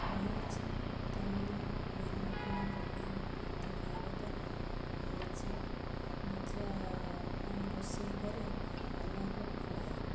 ରହିଅଛି ତେଣୁ ଭିନ୍ନ ଭିନ୍ନ ପ୍ରକାରର ଖାଦ୍ୟ ଖାଇବା ଦ୍ୱାରା ନିଜେ ନିଜ ପାଇଁ ରୋଷେଇ କରି ଅନ୍ୟକୁ ଖୁଆଏ